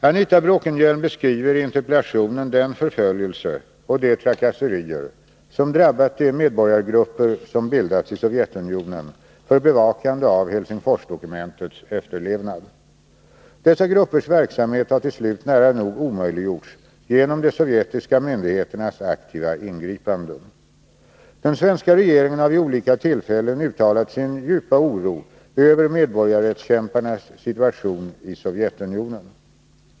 Anita Bråkenhielm beskriver i interpellationen den förföljelse och de trakasserier som drabbat de medborgargrupper som bildats i Sovjetunionen för bevakande av Helsingforsdokumentets efterlevnad. Dessa gruppers verksamhet har till slut nära nog omöjliggjorts genom de sovjetiska myndigheternas aktiva ingripanden. Den svenska regeringen har vid olika tillfällen uttalat sin djupa oro över medborgarrättskämparnas situation i Sovjetunior. en.